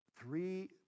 Three